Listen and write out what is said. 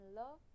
love